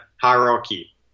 hierarchy